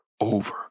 over